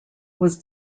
was